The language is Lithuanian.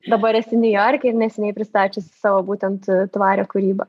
dabar esi niujorke ir neseniai pristačiusi savo būtent tvarią kūrybą